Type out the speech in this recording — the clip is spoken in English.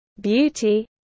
beauty